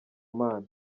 mana